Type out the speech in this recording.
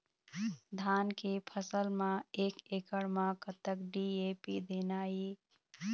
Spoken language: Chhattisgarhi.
धान के फसल म एक एकड़ म कतक डी.ए.पी देना ये?